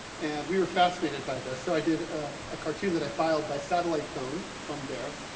and we were fascinated by this, so i did a cartoon that i filed by satellite phone from there.